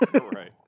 right